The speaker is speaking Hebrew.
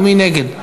מי נגד?